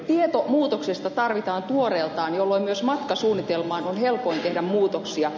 tieto muutoksesta tarvitaan tuoreeltaan jolloin myös matkasuunnitelmaan on helpoin tehdä muutoksia